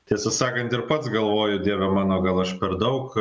tiesą sakant ir pats galvoju dieve mano gal aš per daug